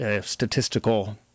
statistical